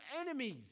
enemies